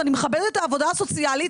ואני מכבדת את העבודה הסוציאלית,